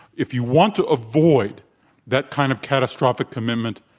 if you want to avoid that kind of catastrophic commitment,